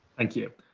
thank you.